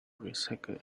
recycled